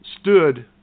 stood